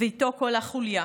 ואיתו כל החוליה.